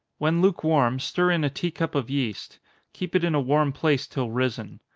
when lukewarm, stir in a tea-cup of yeast keep it in a warm place till risen.